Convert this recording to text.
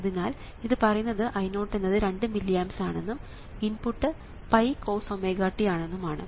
അതിനാൽ ഇത് പറയുന്നത് I0 എന്നത് 2 മില്ലി ആംപ്സ് ആണെന്നും ഇൻപുട്ട് 𝜋×കോസ്⍵t ആണെന്നും ആണ്